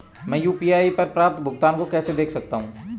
मैं यू.पी.आई पर प्राप्त भुगतान को कैसे देख सकता हूं?